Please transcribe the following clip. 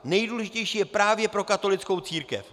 Nejdůležitější je právě pro katolickou církev.